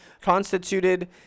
constituted